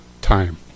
time